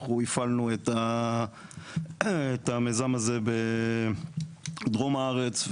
אנחנו הפעלנו את המיזם הזה בדרום הארץ,